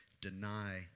deny